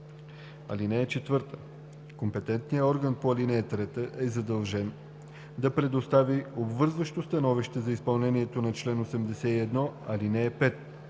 (4) Компетентният орган по ал. 3 е задължен да предостави обвързващо становище за изпълнението на чл. 81, ал. 5: